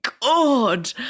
God